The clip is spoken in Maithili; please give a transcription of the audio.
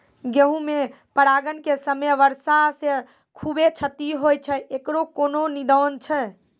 गेहूँ मे परागण के समय वर्षा से खुबे क्षति होय छैय इकरो कोनो निदान छै?